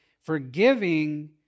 Forgiving